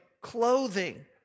clothing